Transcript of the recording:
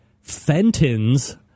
Fenton's